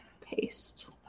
paste